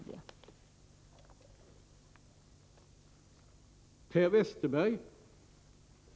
Det har jag velat markera med det här inlägget i debatten.